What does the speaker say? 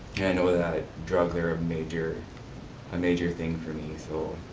i know that ah drugs are ah major major thing for me, so.